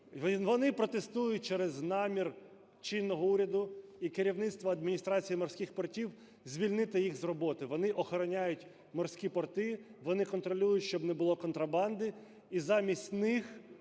Вони протестують через намір чинного уряду і керівництва Адміністрації морських портів звільнити їх з роботи. Вони охороняють морські порти, вони контролюють, щоб не було контрабанди і замість них